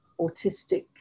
autistic